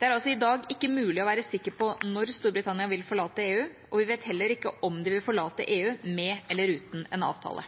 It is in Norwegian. Det er altså i dag ikke mulig å være sikker på når Storbritannia vil forlate EU. Vi vet heller ikke om de vil forlate EU med eller uten en avtale.